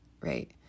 right